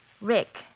Rick